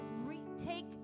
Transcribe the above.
retake